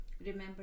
Remember